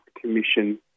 Commission